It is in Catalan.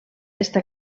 està